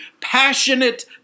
Passionate